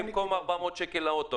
לעומת 400 שקל באוטו.